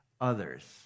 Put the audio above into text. others